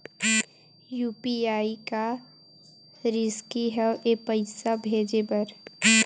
UPI का रिसकी हंव ए पईसा भेजे बर?